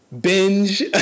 binge